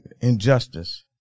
Injustice